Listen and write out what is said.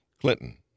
Clinton